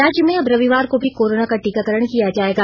राज्य में अब रविवार को भी कोराना का टीकाकरण किया जायेगा